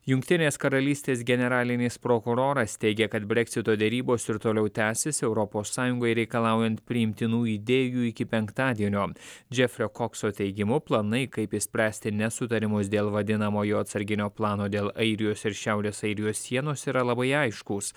jungtinės karalystės generalinis prokuroras teigė kad brexito derybos ir toliau tęsis europos sąjungai reikalaujant priimtinų idėjų iki penktadienio džefrio kokso teigimu planai kaip išspręsti nesutarimus dėl vadinamojo atsarginio plano dėl airijos ir šiaurės airijos sienos yra labai aiškūs